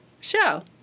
show